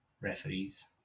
referees